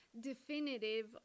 definitive